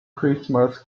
christmas